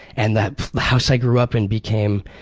and the the house i grew up in became